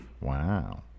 Wow